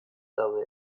daude